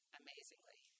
amazingly